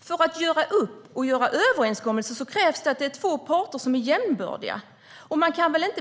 För att göra upp och ingå överenskommelser krävs det att det är två parter som är jämbördiga. Inte